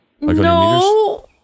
No